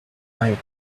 and